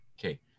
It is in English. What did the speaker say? Okay